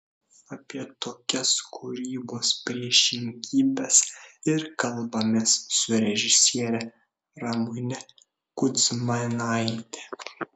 apie tokias kūrybos priešingybes ir kalbamės su režisiere ramune kudzmanaite